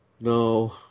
No